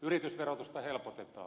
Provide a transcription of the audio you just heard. yritysverotusta helpotetaan